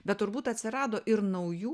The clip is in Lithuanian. bet turbūt atsirado ir naujų